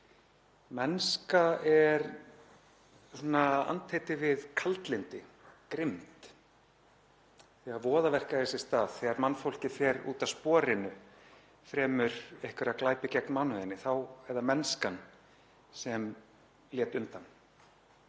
Mennska er andheiti við kaldlyndi og grimmd. Þegar voðaverk eiga sér stað, þegar mannfólkið fer út af sporinu, fremur einhverja glæpi gegn mannúðinni, þá er það mennskan sem lét undan.